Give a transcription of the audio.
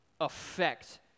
affect